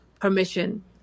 permission